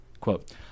quote